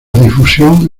difusión